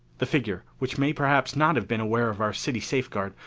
the figure, which may perhaps not have been aware of our city safeguard,